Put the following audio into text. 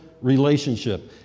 relationship